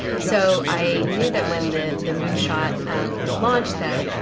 so i knew that when the the moonshot was launched that,